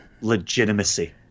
legitimacy